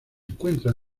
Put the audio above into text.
encuentra